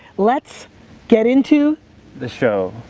let's get into the show.